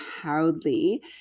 proudly